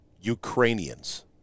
Ukrainians